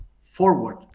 forward